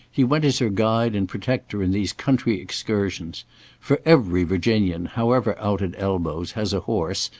he went as her guide and protector in these country excursions for every virginian, however out at elbows, has a horse,